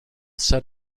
set